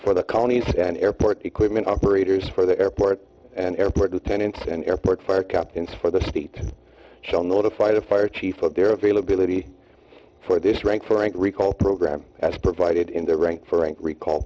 for the county's an airport equipment operators for the airport and airport attendants and airport fire captains for the state shall notify the fire chief of their availability for this rank for recall program as provided in their rank for a recall